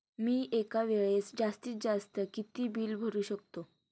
मी एका वेळेस जास्तीत जास्त किती बिल भरू शकतो?